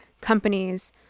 companies